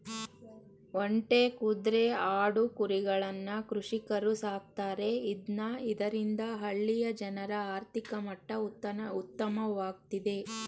ಒಂಟೆ, ಕುದ್ರೆ, ಆಡು, ಕುರಿಗಳನ್ನ ಕೃಷಿಕರು ಸಾಕ್ತರೆ ಇದ್ನ ಇದರಿಂದ ಹಳ್ಳಿಯ ಜನರ ಆರ್ಥಿಕ ಮಟ್ಟ ಉತ್ತಮವಾಗ್ತಿದೆ